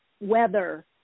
weather